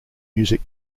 music